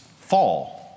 Fall